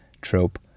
trope